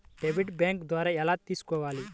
Debit bank ద్వారా ఎలా తీసుకోవాలి?